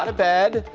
but bed,